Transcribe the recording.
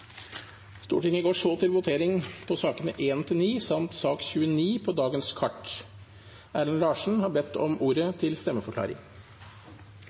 Stortinget. Stortinget går så til votering over sakene nr. 1–19 samt sak nr. 29 på dagens kart. Erlend Larsen har bedt om ordet til en stemmeforklaring.